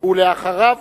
אחריו,